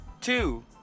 Two